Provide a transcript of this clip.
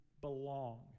belong